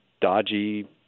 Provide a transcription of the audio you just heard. dodgy